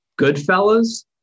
Goodfellas